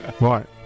Right